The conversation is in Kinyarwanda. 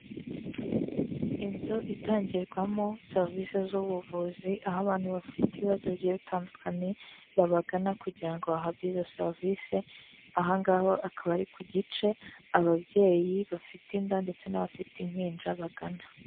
Inzu itangirwamo serivisi z'ubuvuzi, aho abantu bafite ibibazo bigiye bitandukanye, babagana kugira ngo bahabwabwe izo serivisi, aha ngaha akaba ari ku gice ababyeyi bafite inda ndetse n'abafite impinja bagana.